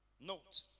Note